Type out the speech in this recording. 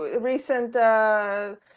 recent